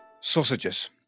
sausages